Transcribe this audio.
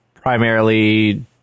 Primarily